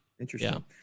Interesting